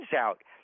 out